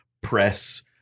press